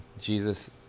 Jesus